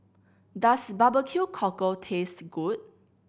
does barbecue cockle taste good